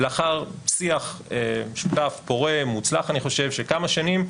לאחר שיח משותף פורה מוצלח אני חושב של כמה שנים,